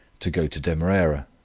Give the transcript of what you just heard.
to go to demerara,